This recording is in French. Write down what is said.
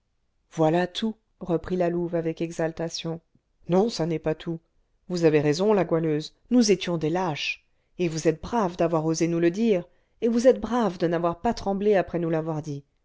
voilà tout reprit la louve avec exaltation non ça n'est pas tout vous avez raison la goualeuse nous étions des lâches et vous êtes brave d'avoir osé nous le dire et vous êtes brave de n'avoir pas tremblé après nous l'avoir dit